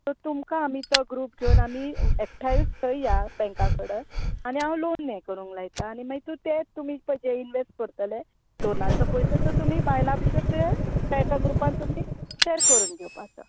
so तुमकां आमी तो ग्रुप घेवन आमी एकठांयूच थंय या बँका कडेन आनी हांव लोन हे करूंक लायता आनी मागीर तें तुमी पळय जे इनवेस्ट करतले लोनाचो पयसो तो तुमी बायलां भितर ते एका ग्रुपान तुमी शेर करून घेवपाचो